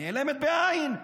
נעלמת, בעי"ן.